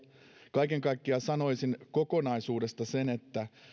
kaiken kaikkiaan sanoisin kokonaisuudesta sen että